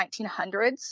1900s